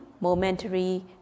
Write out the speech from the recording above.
momentary